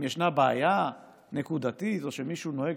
אם ישנה בעיה נקודתית או שמישהו נוהג